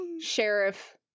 Sheriff